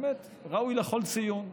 באמת, זה ראוי לכל ציון.